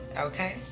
okay